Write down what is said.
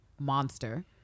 monster